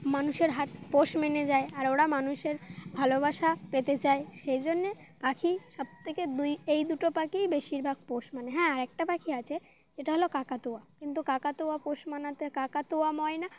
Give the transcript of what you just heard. মানুষের হাত পোষ মেনে যায় আর ওরা মানুষের ভালোবাসা পেতে চায় সেই জন্যে পাখি সবথেকে দুই এই দুটো পাখিই বেশিরভাগ পোষ মানে হ্যাঁ আরে একটা পাখি আছে যেটা হলো কাকাতুয়া কিন্তু কাকাতুয়া পোষ মানাতে কাকাতুয়া ময় না